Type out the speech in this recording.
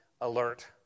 alert